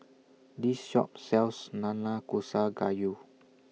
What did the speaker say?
This Shop sells Nanakusa Gayu